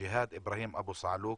ג'יהאד אברהים אבו סעלוק,